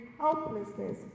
helplessness